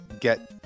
get